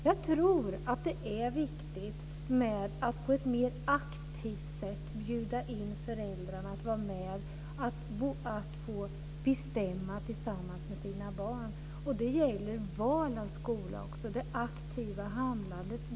Jag tror att det är viktigt att på ett mer aktivt sätt bjuda in föräldrarna att vara med och bestämma tillsammans med sina barn. Det gäller också val av skola - det aktiva handlandet.